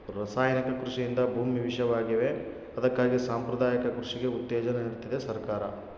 ರಾಸಾಯನಿಕ ಕೃಷಿಯಿಂದ ಭೂಮಿ ವಿಷವಾಗಿವೆ ಅದಕ್ಕಾಗಿ ಸಾಂಪ್ರದಾಯಿಕ ಕೃಷಿಗೆ ಉತ್ತೇಜನ ನೀಡ್ತಿದೆ ಸರ್ಕಾರ